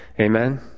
Amen